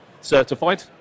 certified